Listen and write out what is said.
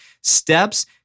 steps